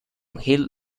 jill